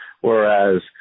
whereas